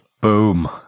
Boom